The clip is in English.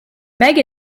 meg